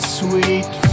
sweet